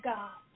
God